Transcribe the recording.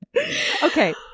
okay